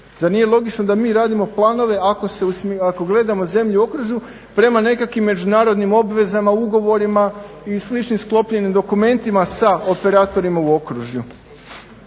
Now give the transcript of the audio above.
Zar nije logično da mi radimo planove ako gledamo zemlje u okružju prema nekakvim međunarodnim obvezama, ugovorima i sličnim sklopljenim dokumentima sa operatorima u okružju?